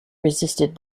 resisted